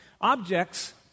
objects